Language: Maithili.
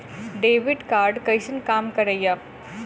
डेबिट कार्ड कैसन काम करेया?